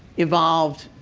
evolved,